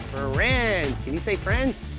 friends. can you say friends?